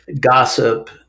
gossip